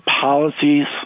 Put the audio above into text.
policies